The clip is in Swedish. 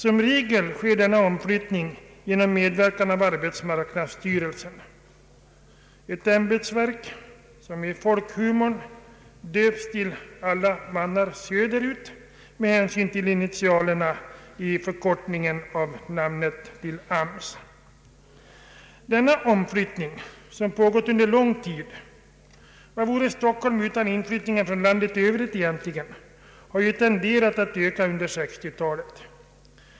Som regel sker denna omflyttning genom medverkan av arbetsmarknadsstyrelsen — ett ämbetsverk som i folkhumorn döpts till: ”Alla mannar söderut” med hänsyn till initialerna i det förkortade namnet AMS. Denna omflyttning som pågått under lång tid — vad vore egentligen Stockholm utan inflyttningen från landet i övrigt? — har ju tenderat att öka under 1960 talet.